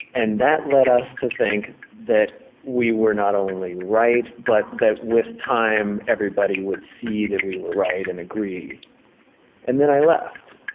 and that led us to think that we were not only right, but that with time, everybody would see that we were right, and agree and then i left.